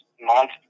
month